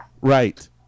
Right